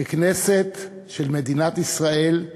ככנסת של מדינת ישראל,